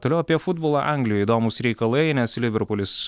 toliau apie futbolą anglijoj įdomūs reikalai nes liverpulis